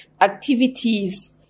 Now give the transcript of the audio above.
activities